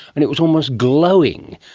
and it was almost glowing,